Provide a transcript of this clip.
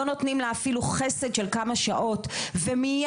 לא נותנים לה אפילו חסד של כמה שעות ומיד,